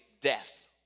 death